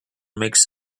makes